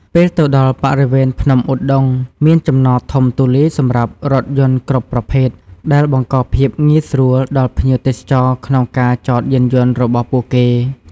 ពេលទៅដល់បរិវេណភ្នំឧដុង្គ មានចំណតធំទូលាយសម្រាប់រថយន្តគ្រប់ប្រភេទ ដែលបង្កភាពងាយស្រួលដល់ភ្ញៀវទេសចរក្នុងការចតយានយន្តរបស់ពួកគេ។